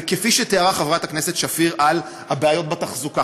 וכפי שתיארה חברת הכנסת שפיר את הבעיות בתחזוקה,